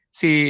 si